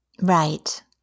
Right